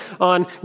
on